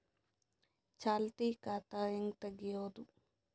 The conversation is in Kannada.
ಚಾಲತಿ ಖಾತಾ ಹೆಂಗ್ ತಗೆಯದು?